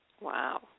Wow